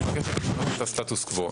היא מבקשת לשנות את הסטטוס קוו.